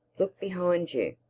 look behind you.